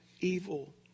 evil